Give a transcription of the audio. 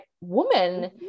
woman